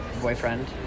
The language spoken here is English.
boyfriend